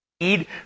need